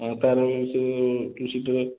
ତା'ର ଟୁ ସିଟ୍ର୍